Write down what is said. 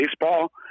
baseball